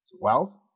wealth